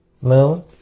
Moon